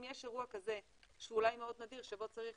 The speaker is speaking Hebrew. אם יש אירוע כזה שאולי הוא מאוד נדיר שבו צריך